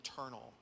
eternal